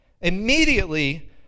immediately